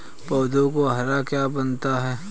पौधों को हरा क्या बनाता है?